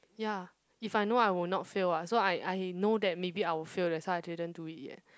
ya if I know I will not fail ah so I I know that maybe I will fail that's why I didn't do it yet